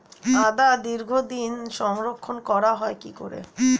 আদা দীর্ঘদিন সংরক্ষণ করা হয় কি করে?